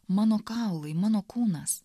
mano kaulai mano kūnas